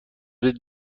بدهید